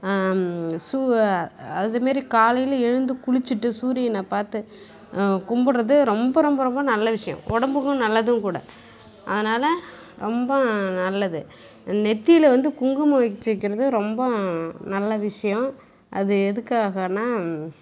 சூ அது மாரி காலையில் எழுந்து குளிச்சுட்டு சூரியனை பார்த்து கும்பிட்றது ரொம்ப ரொம்ப ரொம்ப நல்ல விஷயம் உடம்புக்கும் நல்லதும் கூட அதனால் ரொம்ப நல்லது நெற்றில வந்து குங்குமம் வச்சுக்கிறது ரொம்ப நல்ல விஷயம் அது எதுக்காகனா